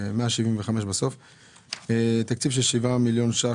שמספרה 231175 תקציב של 7 מיליון ש"ח